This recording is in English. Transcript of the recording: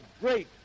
great